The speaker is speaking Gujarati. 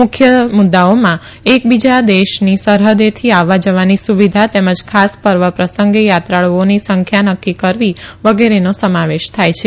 મુખ્ય મુદ્દાઓમાં એક બીજા દેશની સરહૃદેથી આવવા જવાની સુવિધા તેમજ ખાસ પર્વ પ્રસંગે યાત્રાળુઓની સંખ્યા નક્કી કરવી વગેરેનો સમાવેશ થાય છે